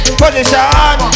position